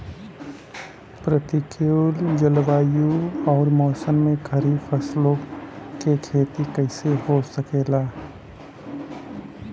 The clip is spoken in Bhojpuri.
प्रतिकूल जलवायु अउर मौसम में खरीफ फसलों क खेती कइसे हो सकेला?